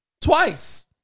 Twice